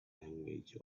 language